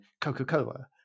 Coca-Cola